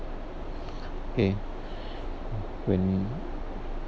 kay when